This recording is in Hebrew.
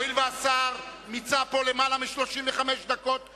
הואיל והשר מיצה כאן למעלה מ-35 דקות דיבור,